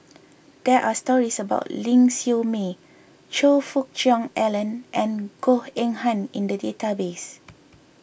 there are stories about Ling Siew May Choe Fook Cheong Alan and Goh Eng Han in the database